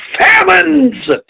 famines